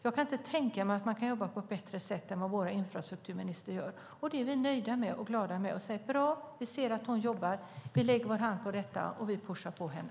Jag kan inte tänka mig att man kan jobba på ett bättre sätt än vad vår infrastrukturminister gör, och vi är nöjda med och glada över hennes arbete. Vi lägger vår hand på detta och pushar på henne.